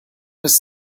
ist